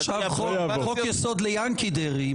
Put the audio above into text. אפשר חוק יסוד לינקי דרעי.